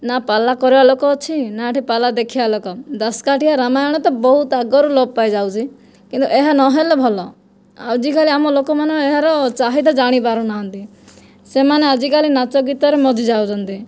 ନା ପାଲା କରିବା ଲୋକ ଅଛି ନା ଏଠି ପାଲା ଦେଖିବା ଲୋକ ଦାସକାଠିଆ ରାମାୟଣ ତ ବହୁତ ଆଗରୁ ଲୋପ ପାଇଯାଉଛି କିନ୍ତୁ ଏହା ନହେଲେ ଭଲ ଆଜିକାଲି ଆମ ଲୋକମାନେ ଏହାର ଚାହିଦା ଜାଣିପାରୁନାହାନ୍ତି ସେମାନେ ଆଜିକାଲି ନାଚ ଗୀତରେ ମଜି ଯାଉଛନ୍ତି